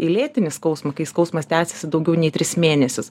į lėtinį skausmą kai skausmas tęsiasi daugiau nei tris mėnesius